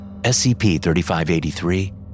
SCP-3583